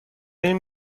این